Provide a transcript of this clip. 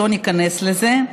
לא ניכנס לזה.